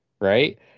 Right